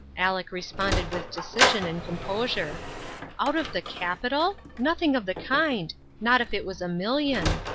aleck responded with decision and composure out of the capital? nothing of the kind. not if it was a million!